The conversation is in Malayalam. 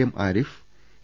M Arif A